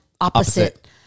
opposite